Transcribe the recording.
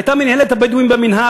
הייתה מינהלת הבדואים במינהל.